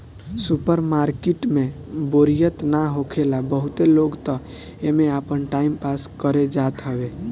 super market में बोरियत ना होखेला बहुते लोग तअ एमे आपन टाइम पास करे जात हवे